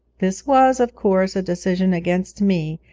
this was, of course, a decision against me,